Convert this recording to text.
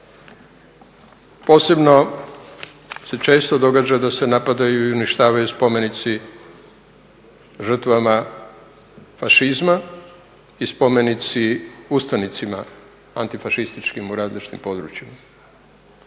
Posebno se često događa da se napadaju i uništavaju spomenici žrtvama fašizma i spomenici ustanicima antifašističkim u različitim područjima.